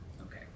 okay